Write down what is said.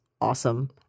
awesome